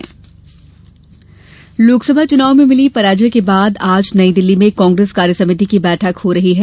कांग्रेस बैठक लोकसभा चुनाव में मिली पराजय के बाद आज नई दिल्ली में कांग्रेस कार्यसमिति की बैठक हो रही है